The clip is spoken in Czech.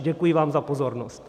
Děkuji vám za pozornost.